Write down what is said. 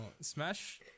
Smash